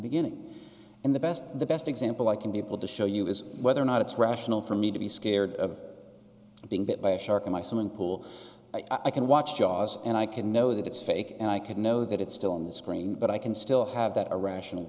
beginning and the best the best example i can be able to show you is whether or not it's rational for me to be scared of being bit by a shark in my swimming pool i can watch jaws and i can know that it's fake and i could know that it's still on the screen but i can still have that irrational